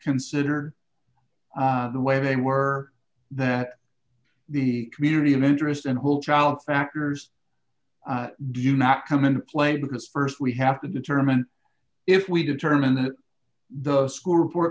considered the way they were that the community of interest and whole trial factors do you not come into play because st we have to determine if we determine that the school report